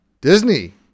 Disney